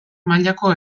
mailako